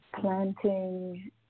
planting